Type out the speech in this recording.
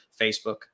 Facebook